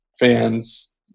fans